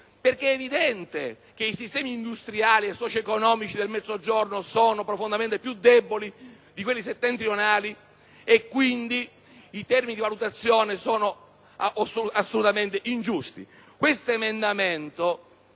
evidente, infatti, che i sistemi industriali e socio‑economici del Mezzogiorno sono molto più deboli di quelli settentrionali e quindi i termini di valutazione sono assolutamente ingiusti.